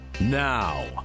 Now